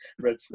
red